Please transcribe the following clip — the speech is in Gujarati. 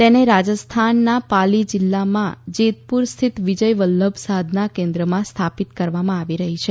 તેને રાજસ્થાનના પાલી જીલ્લામાં જેતપુર સ્થિત વિજય વલ્લભ સાધના કેન્દ્રમાં સ્થાપિત કરવામાં આવી રહી છે